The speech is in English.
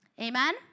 Amen